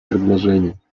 предложений